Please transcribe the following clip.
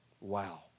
Wow